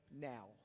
Now